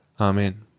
Amen